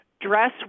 Dress